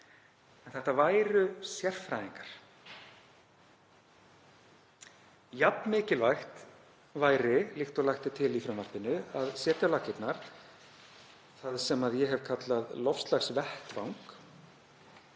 En þetta væru sérfræðingar. Jafn mikilvægt væri, líkt og lagt er til í frumvarpinu, að setja á laggirnar það sem ég hef kallað loftslagsvettvang